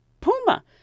puma